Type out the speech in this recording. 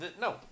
No